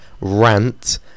rant